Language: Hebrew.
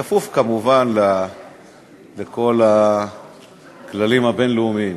כפוף כמובן לכל הכללים הבין-לאומיים.